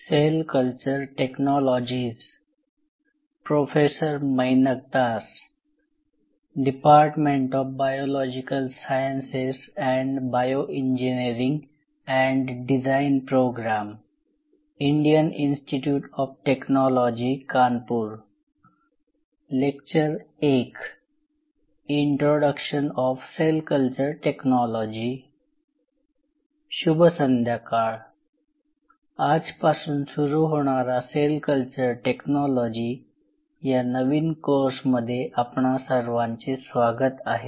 शुभ संध्याकाळ आजपासून सुरू होणारा सेल कल्चर टेक्नॉलॉजी या नवीन कोर्समध्ये आपणा सर्वांचे स्वागत आहे